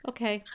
Okay